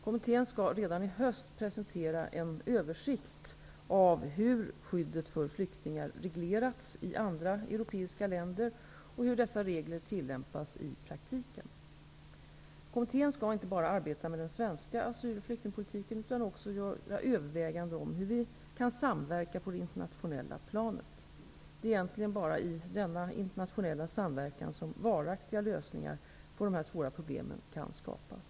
Kommittén skall redan i höst presentera en översikt av hur skyddet för flyktingar reglerats i andra europeiska länder och hur dessa regler tillämpas i praktiken. Kommittén skall inte bara arbeta med den svenska asyl och flyktingpolitiken, utan också göra överväganden om hur vi kan samverka på det internationella planet. Det är egentligen bara i denna internationella samverkan som varaktiga lösningar på dessa svåra problem kan skapas.